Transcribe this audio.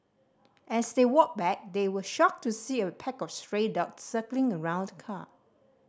as they walked back they were shocked to see a pack of stray dogs circling around the car